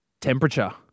temperature